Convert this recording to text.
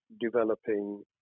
developing